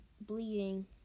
bleeding